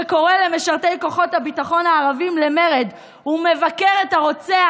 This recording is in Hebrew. שקורא למשרתי כוחות הביטחון הערבים למרד ומבקר את הרוצח,